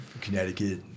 connecticut